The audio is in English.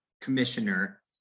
commissioner